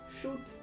Shoot